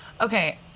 Okay